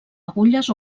agulles